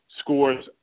scores